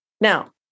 now